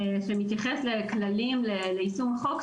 שמתייחס לכללים ליישום החוק,